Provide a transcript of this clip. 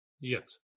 yes